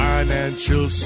Financial